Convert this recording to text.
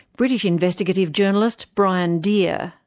british investigative journalist, brian deer.